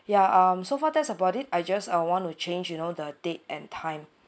ya um so far that's about it I just uh want to change you know the date and time